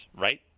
right